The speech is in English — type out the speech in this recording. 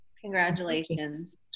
Congratulations